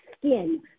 skin